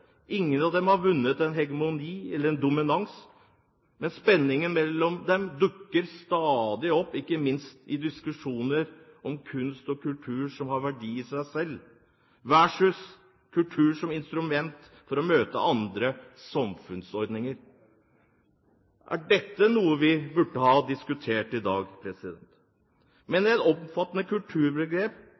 Ingen av dem har vunnet hegemoni eller dominans, men spenningen mellom dem dukker stadig opp, ikke minst i diskusjoner om kunst og kultur, som har verdi i seg selv, versus kultur som instrument for å møte andre samfunnsutfordringer. Er dette noe vi burde ha diskutert i dag? Med et så omfattende kulturbegrep